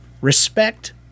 Respect